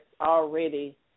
already